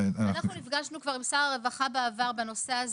כבר בעבר אנחנו נפגשנו עם שר הרווחה בנושא הזה.